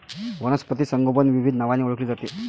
वनस्पती संगोपन विविध नावांनी ओळखले जाते